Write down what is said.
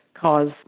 cause